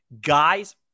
guys